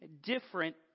different